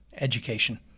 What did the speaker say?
education